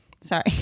Sorry